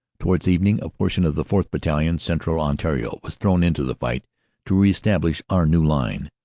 towards evening a portion of the fourth. battalion, cen tral ontario, was thrown into the fight to re-establish our new line.